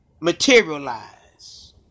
materialize